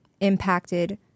impacted